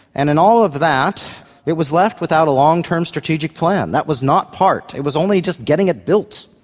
and in all of that it was left without a long-term strategic plan, that was not part, it was only just getting it built.